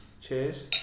Cheers